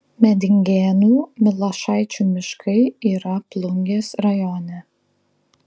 medingėnų milašaičių miškai yra plungės rajone